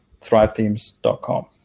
ThriveThemes.com